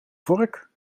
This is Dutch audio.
vork